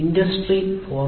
industry 4